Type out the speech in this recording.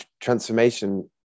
transformation